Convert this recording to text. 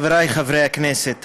חברי חברי הכנסת,